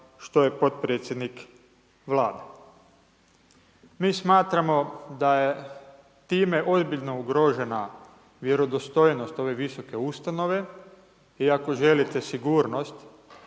što je podpredsjednik Vlade. Mi smatramo da je time ozbiljno ugrožena vjerodostojnost ove visoke ustanove i ako želite sigurnost